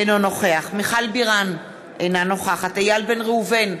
אינו נוכח מיכל בירן, אינה נוכחת איל בן ראובן,